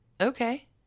Okay